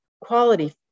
quality